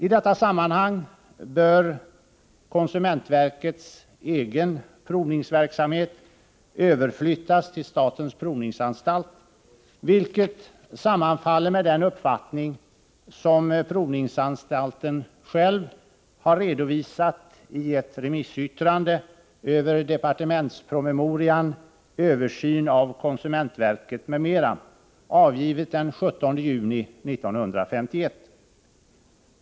I detta sammanhang bör konsumentverkets egen provningsverksamhet överflyttas till statens provningsanstalt, vilket sammanfaller med den uppfattning som provningsanstalten själv har redovisat i ett remissyttrande över departementspromemorian Översyn av konsumentverket m.m. avgivet den 17 juni 1981.